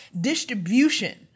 distribution